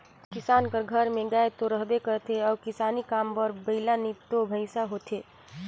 किसान कर घर में गाय दो रहबे करथे अउ किसानी काम बर बइला नी तो भंइसा होथे